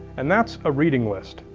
and that's a reading list.